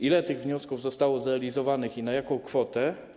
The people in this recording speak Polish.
Ile tych wniosków zostało zrealizowanych i na jaką kwotę?